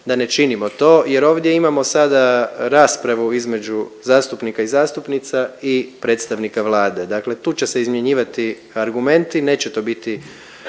da ne činimo to jer ovdje imamo sada raspravu između zastupnika i zastupnica i predstavnika Vlade. Dakle tu će se izmjenjivati argumenti, neće to biti